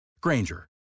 Granger